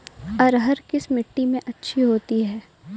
अरहर किस मिट्टी में अच्छी होती है?